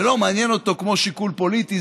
זה לא מעניין אותו כמו שיקול פוליטי,